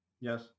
yes